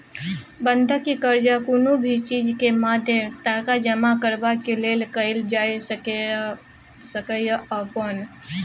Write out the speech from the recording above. बंधक कर्जा कुनु भी चीज के मादे टका जमा करबाक लेल कईल जाइ सकेए अपन